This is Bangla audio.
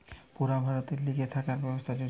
পুরা ভারতের লিগে থাকার ব্যবস্থার যোজনা